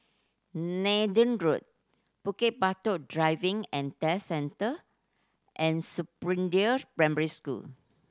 Nathan Road Bukit Batok Driving and Test Centre and Springdale Primary School